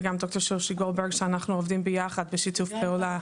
וגם ד"ר שושי גולדברג שאנחנו עובדים ביחד בשיתוף פעולה.